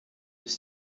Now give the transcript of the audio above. ist